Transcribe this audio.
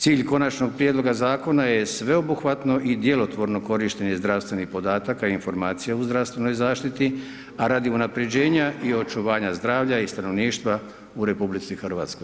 Cilj konačnog prijedloga zakona je sveobuhvatno i djelotvorno korištenje zdravstvenih podataka i informacija u zdravstvenoj zaštiti a radi unaprjeđenja i očuvanja zdravlja i stanovništva u RH.